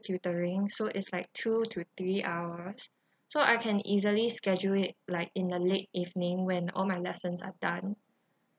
tutoring so is like two to three hours so I can easily schedule it like in the late evening when all my lessons are done